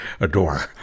adore